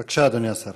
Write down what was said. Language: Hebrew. בבקשה, אדוני השר.